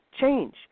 change